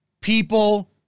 people